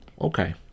okay